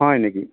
হয় নেকি